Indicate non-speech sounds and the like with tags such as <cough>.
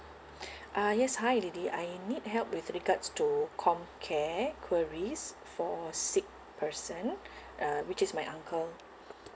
<breath> uh yes hi lily I need help with regards to comcare queries for sick person <breath> uh which is my uncle